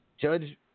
Judge